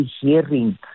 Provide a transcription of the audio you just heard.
hearing